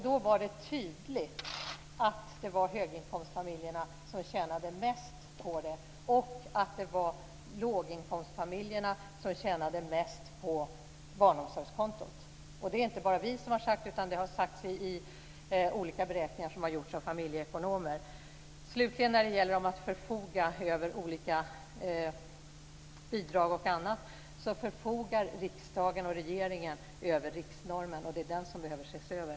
Då var det tydligt att det var höginkomstfamiljerna som tjänade mest på det här och att det var låginkomstfamiljerna som tjänade mest på barnomsorgskontot. Det är inte bara vi som har sagt det, utan det har sagts i olika beräkningar som har gjorts av familjeekonomer. När det gäller att förfoga över olika bidrag och annat vill jag slutligen säga att riksdagen och regeringen förfogar över riksnormen, och det är den som behöver ses över.